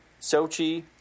Sochi